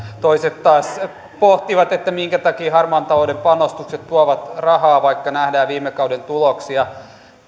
toiset taas pohtivat minkä takia harmaan talouden panostukset tuovat rahaa vaikka nähdään viime kauden tuloksia